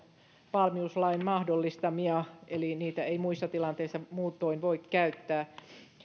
valmiuslain mahdollistamia eli niitä ei muissa tilanteissa muutoin voi käyttää